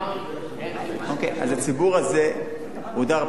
אז הציבור הזה הודר פעמיים אתה אומר?